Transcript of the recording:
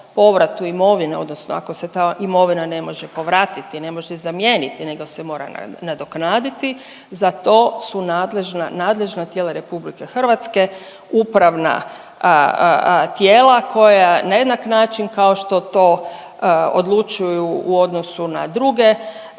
povratu imovine odnosno ako se ta imovina ne može povratiti i ne može zamijeniti nego se mora nadoknaditi, za to su nadležna, nadležna tijela RH, upravna tijela koja na jednak način kao što to odlučuju u odnosu na druge,